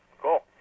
Cool